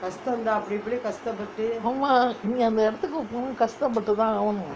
ஆமா நீ அந்த இடத்துக்கு போனோனா கஷ்ட பட்டு தான் ஆகணும்:aamma nee antha idathukku pononaa kashta pattu thaan aaganum